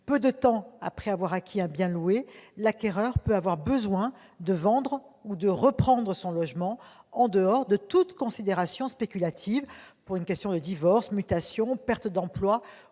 Peu de temps après avoir acquis un bien loué, l'acquéreur peut avoir besoin de vendre ou de reprendre le logement, en dehors de toute considération spéculative, à la suite d'un divorce, d'une mutation, d'une perte d'emploi